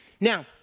Now